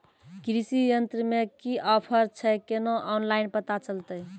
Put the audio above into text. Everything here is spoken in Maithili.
कृषि यंत्र मे की ऑफर छै केना ऑनलाइन पता चलतै?